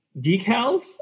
decals